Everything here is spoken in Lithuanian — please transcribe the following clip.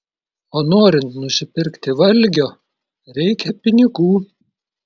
o norint nusipirkti valgio reikia pinigų